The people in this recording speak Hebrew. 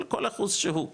כל אחוז שהוא,